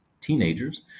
teenagers